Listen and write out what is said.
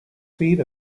seed